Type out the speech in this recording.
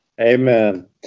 amen